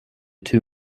two